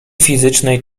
fizycznej